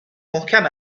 محکم